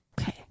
Okay